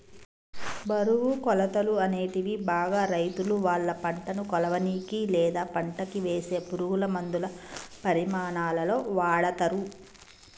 బరువు, కొలతలు, అనేటివి బాగా రైతులువాళ్ళ పంటను కొలవనీకి, లేదా పంటకివేసే పురుగులమందుల పరిమాణాలలో వాడతరు